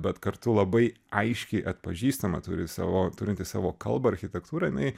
bet kartu labai aiškiai atpažįstama turi savo turinti savo kalbą architektūrą jinai